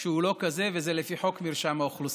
כשהוא לא כזה, וזה לפי חוק מרשם האוכלוסין.